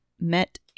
met